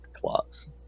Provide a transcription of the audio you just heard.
clause